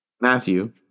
Matthew